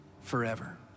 forever